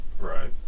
Right